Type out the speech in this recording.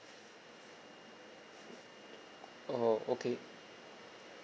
oh okay